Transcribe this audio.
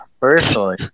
Personally